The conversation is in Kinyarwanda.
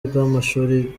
rw’amashuri